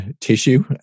tissue